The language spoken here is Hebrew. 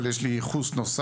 אבל יש לי גם ייחוס נוסף,